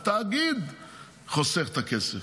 התאגיד חוסך את הכסף.